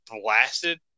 blasted